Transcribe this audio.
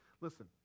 listen